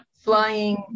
flying